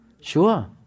Sure